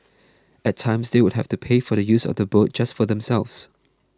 at times they would have to pay for the use of the boat just for themselves